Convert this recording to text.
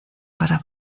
para